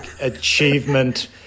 achievement